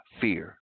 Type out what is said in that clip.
Fear